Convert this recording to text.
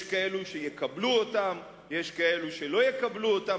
יש כאלו שיקבלו אותם, יש כאלו שלא יקבלו אותם.